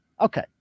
Okay